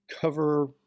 cover